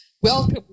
Welcome